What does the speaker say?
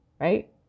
Right